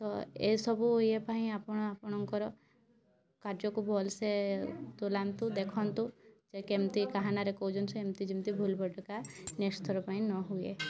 ତ ଏ ସବୁ ଇଏ ପାଇଁ ଆପଣ ଆପଣଙ୍କର କାର୍ଯ୍ୟକୁ ଭଲସେ ତୁଲାନ୍ତୁ ଦେଖନ୍ତୁ ଯେ କେମିତି କାହା ନାଁରେ ଏମିତି ଯେମିତି ଭୁଲ୍ ଭଟକା ନେକ୍ସଟ୍ ଥର ପାଇଁ ନ ହୁଏ